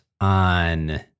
on